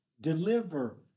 deliver